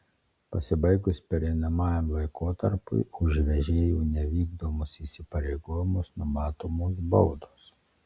pasibaigus pereinamajam laikotarpiui už vežėjų nevykdomus įsipareigojimus numatomos baudos